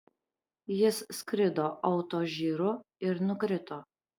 jis skrido autožyru ir nukrito